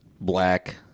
Black